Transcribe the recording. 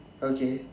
okay